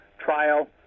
trial